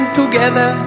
together